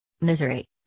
misery